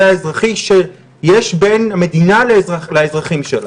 האזרחי שיש בין המדינה לבין האזרחים שלה.